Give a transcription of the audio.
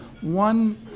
one